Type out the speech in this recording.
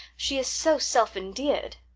she is so self-endear'd.